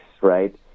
right